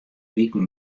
wiken